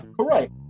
correct